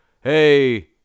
hey